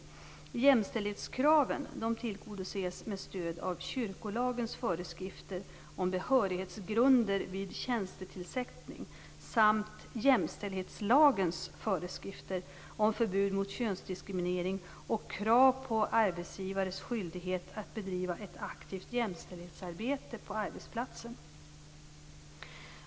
Jämställdhetskraven tillgodoses med stöd av kyrkolagens föreskrifter om behörighetsgrunder vid tjänstetillsättning samt jämställdhetslagens föreskrifter om förbud mot könsdiskriminering och krav på arbetsgivares skyldighet att bedriva ett aktivt jämställdhetsarbete på arbetsplatsen.